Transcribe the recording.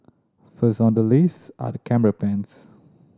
first on the list are camera pens